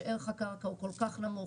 שערך הקרקע הוא כל כך נמוך,